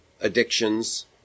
addictions